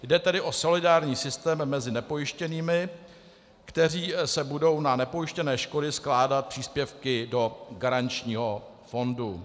Jde tedy o solidární systém mezi nepojištěnými, kteří se budou na nepojištěné škody skládat příspěvky do garančního fondu.